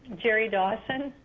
jerry dawson.